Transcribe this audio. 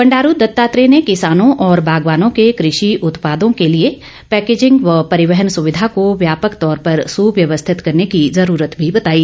बंडारू दत्तात्रेय ने किसानों और बागवानों के कृषि उत्पादों के लिए पैकेजिंग व परिवहन सुविधा को व्यापक तौर पर सुव्यवस्थित करने की जरूरत भी बताई